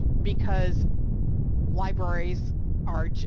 because libraries are,